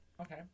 Okay